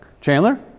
Chandler